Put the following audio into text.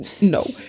no